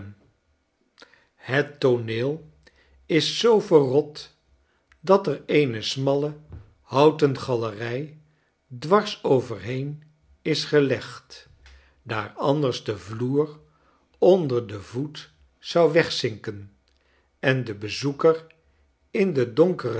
het tooneel is zoo verrot dat er eene smalle houten galerij dwars overheen is gelegd daar anders de vloer onder den voet zou wegzinken en den bezoeker in de donkere